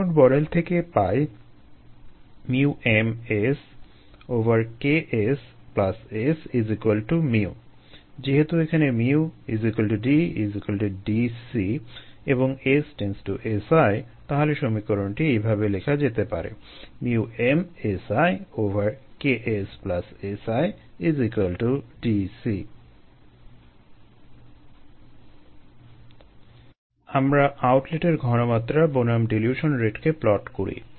মনোড model থেকে পাই mSKSSμ যেহেতু এখানে µ D Dc এবং S→Si তাহলে সমীকরণটি এভাবে লেখা যেতে পারে mSiKSSiDC আমরা আউটলেটের ঘনমাত্রা বনাম ডিলিউশন রেটকে প্লট করি